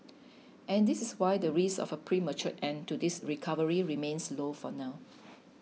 and this is why the risk of a premature end to this recovery remains low for now